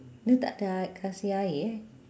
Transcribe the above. dia takde kasih air eh